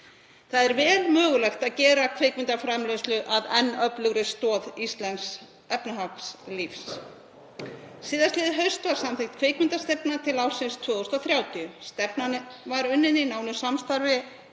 Það er vel mögulegt að gera kvikmyndaframleiðslu að enn öflugri stoð íslensks efnahagslífs. Síðastliðið haust var samþykkt kvikmyndastefna til ársins 2030. Stefnan var unnin í nánu samstarfi